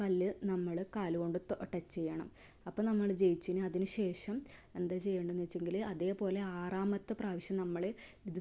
ആ കല്ല് നമ്മൾ കാലുകൊണ്ട് ടച്ച് ചെയ്യണം അപ്പം നമ്മൾ ജയിച്ചു ഇനി അതിനുശേഷം എന്താ ചെയ്യേണ്ടതെന്ന് വെച്ചെങ്കിൽ അതേപോലെ ആറാമത്തെ പ്രാവശ്യം നമ്മൾ ഇത്